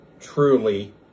truly